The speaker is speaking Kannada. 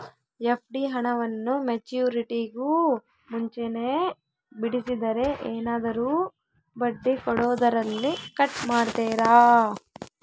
ಎಫ್.ಡಿ ಹಣವನ್ನು ಮೆಚ್ಯೂರಿಟಿಗೂ ಮುಂಚೆನೇ ಬಿಡಿಸಿದರೆ ಏನಾದರೂ ಬಡ್ಡಿ ಕೊಡೋದರಲ್ಲಿ ಕಟ್ ಮಾಡ್ತೇರಾ?